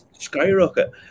skyrocket